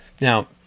Now